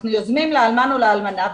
אנחנו יוזמים לאלמן או לאלמנה,